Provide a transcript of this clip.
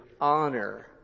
honor